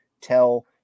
tell